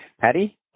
Patty